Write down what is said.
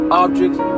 objects